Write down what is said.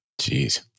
Jeez